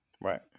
Right